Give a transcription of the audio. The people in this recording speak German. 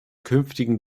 künftigen